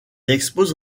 expose